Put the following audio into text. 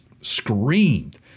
screamed